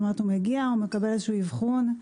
הוא מגיע, נעשה אבחון,